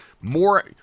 more